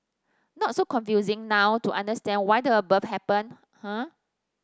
not so confusing now to understand why the above happened eh